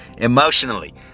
emotionally